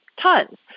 tons